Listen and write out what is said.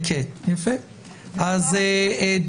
התשפ"א-2021,